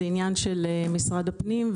זה עניין של משרד הפנים,